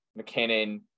McKinnon